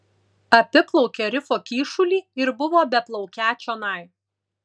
apiplaukė rifo kyšulį ir buvo beplaukią čionai